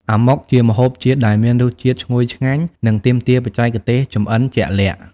អាម៉ុក ជាម្ហូបជាតិដែលមានរសជាតិឈ្ងុយឆ្ងាញ់ និងទាមទារបច្ចេកទេសចម្អិនជាក់លាក់ ។